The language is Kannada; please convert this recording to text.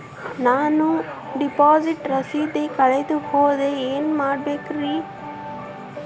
ನಾನು ಡಿಪಾಸಿಟ್ ರಸೇದಿ ಕಳೆದುಹೋದರೆ ಏನು ಮಾಡಬೇಕ್ರಿ?